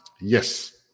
Yes